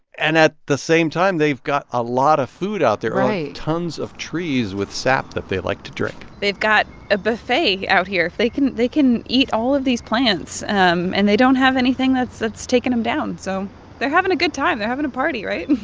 and at the same time, they've got a lot of food out there. right. tons of trees with sap that they like to drink they've got a buffet out here. they can they can eat all of these plants. um and they don't have anything that's that's taking them down, so they're having a good time. they're having a party, right?